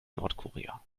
nordkorea